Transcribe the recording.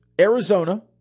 Arizona